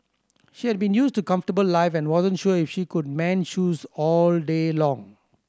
she had been used to comfortable life and wasn't sure if she could mend shoes all day long